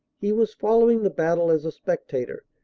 he was following the battle as a spectator,